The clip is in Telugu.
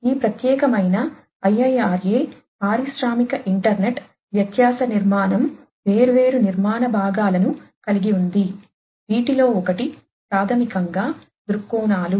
కాబట్టి ఈ ప్రత్యేకమైన IIRA పారిశ్రామిక ఇంటర్నెట్ వ్యత్యాస నిర్మాణం వేర్వేరు నిర్మాణ భాగాలను కలిగి ఉంది వీటిలో ఒకటి ప్రాథమికంగా దృక్కోణాలు